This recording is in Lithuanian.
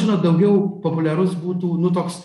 žinot daugiau populiarus būtų nu toks